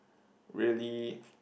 really